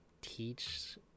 teach